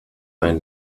einen